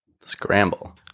scramble